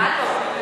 מה לא?